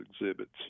exhibits